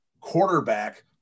quarterback